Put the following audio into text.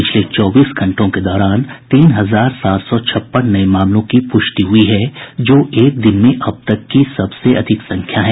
पिछले चौबीस घंटों के दौरान तीन हजार सात सौ छप्पन नए मामलों की पुष्टि हुई है जो एक दिन में अब तक की सबसे अधिक संख्या है